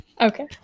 okay